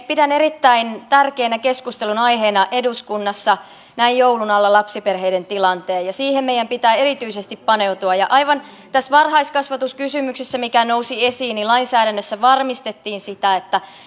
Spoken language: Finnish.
pidän erittäin tärkeänä keskustelunaiheena eduskunnassa näin joulun alla lapsiperheiden tilannetta ja siihen meidän pitää erityisesti paneutua ja aivan tässä varhaiskasvatuskysymyksessä mikä nousi esiin lainsäädännössä varmistettiin että